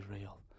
real